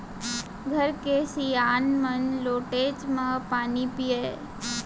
घर के सियान मन लोटेच म पानी पियय